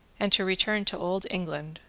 and to return to old england.